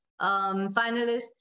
finalists